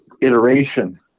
iteration